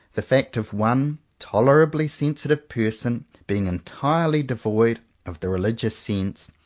the fact of one tolerably sensitive person being entirely devoid of the religious sense,